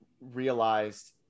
realized